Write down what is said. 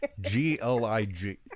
G-L-I-G